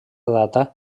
data